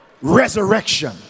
resurrection